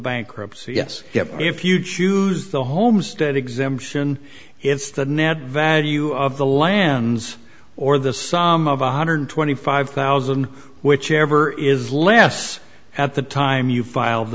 bankruptcy yes if you choose the homestead exemption it's the net value of the lands or the sum of one hundred twenty five thousand whichever is less at the time you file